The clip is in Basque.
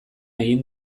egin